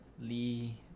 Lee